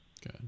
good